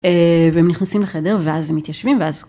והם נכנסים לחדר ואז מתיישבים ואז.